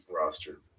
roster